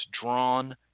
drawn